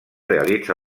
realitza